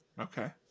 Okay